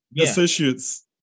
Associates